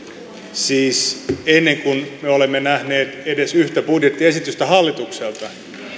siis ennen kuin me olemme nähneet edes yhtä budjettiesitystä hallitukselta